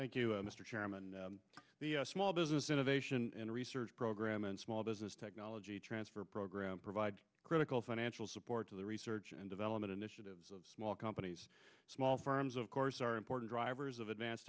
thank you mr chairman small business innovation and research program and small business technology transfer program provide critical financial support to the research and development initiatives of small companies small firms of course are important drivers of advanced